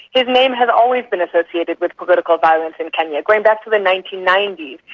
his name has always been associated with political violence in kenya. going back to the nineteen ninety